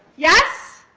yes,